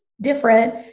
different